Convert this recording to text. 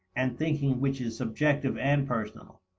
and thinking which is subjective and personal.